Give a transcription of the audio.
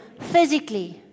physically